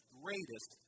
greatest